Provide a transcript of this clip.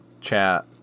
chat